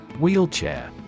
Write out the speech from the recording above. Wheelchair